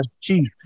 chief